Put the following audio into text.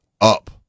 up